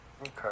Okay